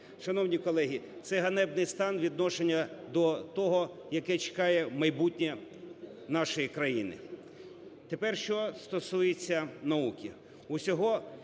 Шановні колеги, це ганебний стан відношення до того, яке чекає майбутнє нашої країни. Тепер що стосується науки.